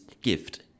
gift